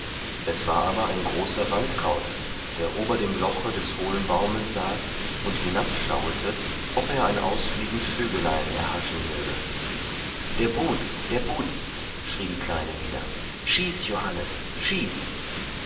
es war aber ein großer waldkauz der ober dem loche des hohlen baumes saß und hinabschauete ob er ein ausfliegend vögelein erhaschen möge der buhz der buhz schrie die kleine wieder schieß johannes schieß